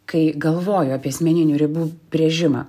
kai galvoju apie asmeninių ribų brėžimą